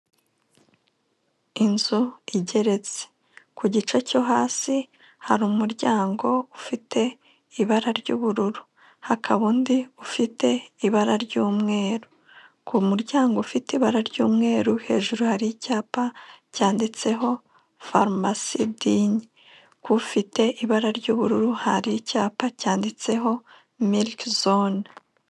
Inzu igeretse, ku gice cyo hasi, hari umuryango ufite ibara ry'ubururu, hakaba undi ufite ibara ry'umweru, ku muryango ufite ibara ry'umweru hejuru hari icyapa cyanditseho Farumasi dinye k'ufite ibara ry'ubururu hari icyapa cyanditseho miliki zone.